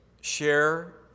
share